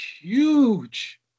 huge